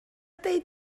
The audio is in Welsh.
dweud